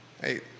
Hey